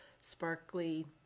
sparkly